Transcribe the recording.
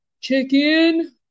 check-in